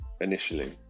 initially